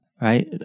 right